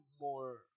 more